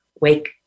wake